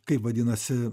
kaip vadinasi